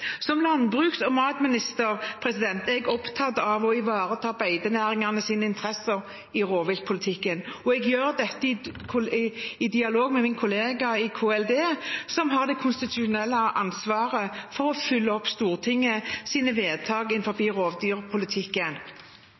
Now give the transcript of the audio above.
å ivareta beitenæringens interesser i rovviltpolitikken, og jeg gjør dette i dialog med min kollega i Klima- og miljødepartementet, som har det konstitusjonelle ansvaret for å følge opp Stortingets vedtak innenfor rovdyrpolitikken.